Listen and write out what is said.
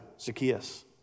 Zacchaeus